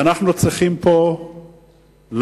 ואנחנו צריכים פה להתריע,